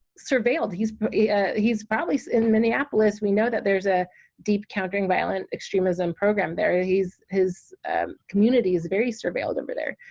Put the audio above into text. surveilled he's he's probably in minneapolis we know that there's a deep countering violence extremism program there yeah his community is very surveilled over there,